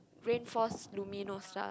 rain forest luminosa